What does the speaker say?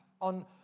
on